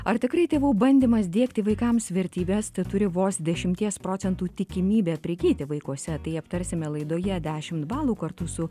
ar tikrai tėvų bandymas diegti vaikams vertybes teturi vos dešimties procentų tikimybę prigyti vaikuose tai aptarsime laidoje dešimt balų kartu su